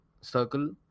circle